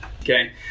Okay